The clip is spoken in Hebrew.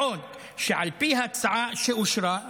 בעוד שעל פי ההצעה שאושרה,